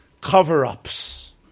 cover-ups